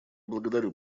благодарю